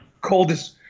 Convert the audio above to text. coldest